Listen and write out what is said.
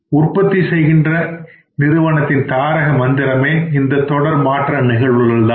உற்பத்தி செய்கின்றன நிறுவனத்தின் தாரக மந்திரமே இந்த தொடர் மாற்ற நிகழ்வுகள்தான்